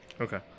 Okay